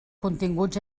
continguts